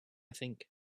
think